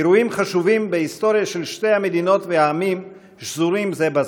אירועים חשובים בהיסטוריה של שתי המדינות ושני העמים שזורים זה בזה.